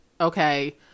okay